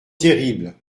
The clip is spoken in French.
terribles